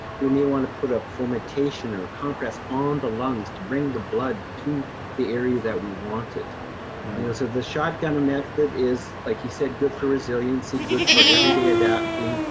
we may wanna put a fermentation or compress on the lungs to bring the blood to the area that we want it, you know? so the shotgun method is, like you said, good for resiliency, good for everyday adapting,